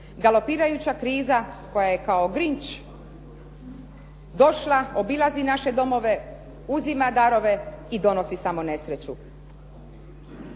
Galopirajuća kriza koja je kao grinč došla, obilazi naše domove, uzima darove i donosi samo nesreću.